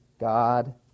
God